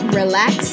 relax